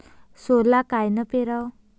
सोला कायनं पेराव?